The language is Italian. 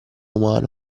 umano